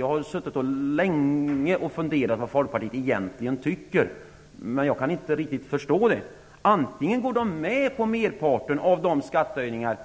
Jag har suttit länge och funderat över vad Folkpartiet egentligen tycker, men jag kan inte riktigt förstå det. Antingen går de med på medparten av de skattehöjningar